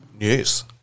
news